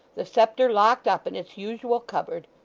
the sceptre locked up in its usual cupboard,